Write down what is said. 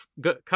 good